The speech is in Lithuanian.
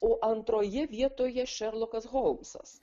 o antroje vietoje šerlokas holmsas